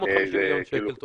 750 מיליון שקל תוצר.